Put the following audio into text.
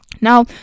now